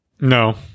No